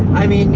i mean,